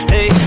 Hey